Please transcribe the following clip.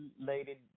Lady